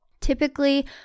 Typically